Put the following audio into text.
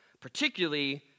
particularly